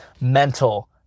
mental